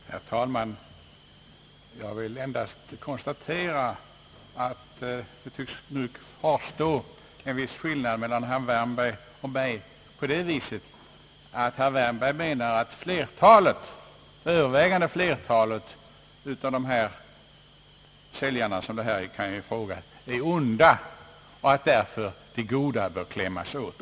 Herr talman! Jag vill endast konstatera att det tycks råda en skillnad mellan herr Wärnberg och mig på det sättet att herr Wärnberg menar att det övervägande flertalet av dessa säljare är onda och att därför även de goda bör klämmas åt.